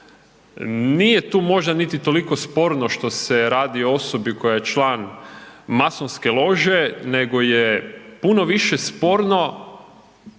Nije tu možda niti toliko sporno što se radi o osobi koja je član masonske lože, nego je puno više sporno